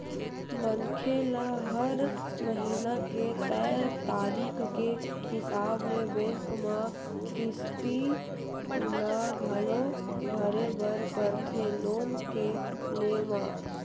मनखे ल हर महिना के तय तारीख के हिसाब ले बेंक म किस्ती ल घलो भरे बर परथे लोन के लेय म